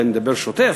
שאני מדבר שוטף,